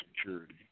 security